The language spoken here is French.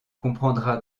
comprendra